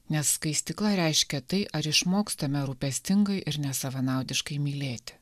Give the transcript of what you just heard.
nes skaistykla reiškia tai ar išmokstame rūpestingai ir nesavanaudiškai mylėti